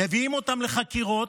מביאים אותם לחקירות,